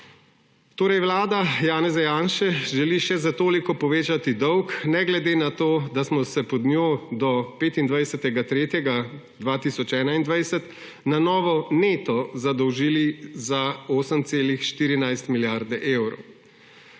vlada Janeza Janše želi še za toliko povečati dolgne glede na to, da smo se pod njo do 25. 3. 2021 na novo neto zadolžili za 8,14 milijarde evrov.